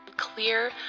clear